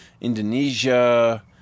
Indonesia